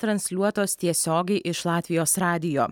transliuotos tiesiogiai iš latvijos radijo